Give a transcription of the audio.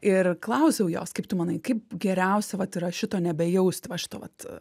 ir klausiau jos kaip tu manai kaip geriausia vat yra šito nebejausti va šito vat